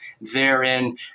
therein